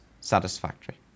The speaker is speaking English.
satisfactory